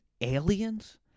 aliens